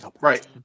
right